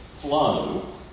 flow